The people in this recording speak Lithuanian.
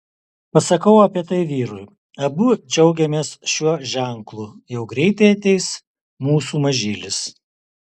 pasakau apie tai vyrui abu džiaugiamės šiuo ženklu jau greitai ateis mūsų mažylis